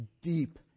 deep